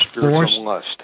force